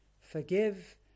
Forgive